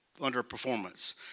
underperformance